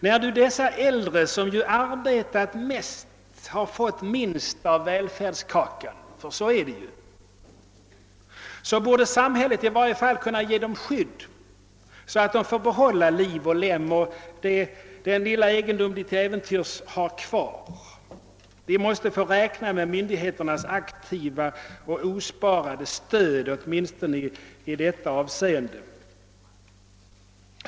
När nu dessa äldre, som ju arbetat mest, har fått minst av välfärdskakan — ty så är det ju — borde samhället i varje fall kunna ge dem skydd, så att de får behålla liv och lem och den lilla egendom de till äventyrs har kvar. De måste få räkna med myndigheternas aktiva och osparade stöd åtminstone i detta avseende.